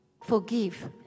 forgive